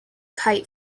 kite